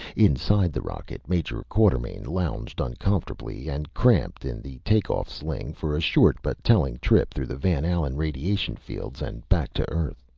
inside the rocket, major quartermain lounged uncomfortably and cramped in the take-off sling for a short but telling trip through the van allen radiation fields and back to earth.